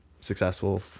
successful